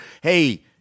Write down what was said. Hey